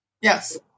Yes